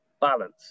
balance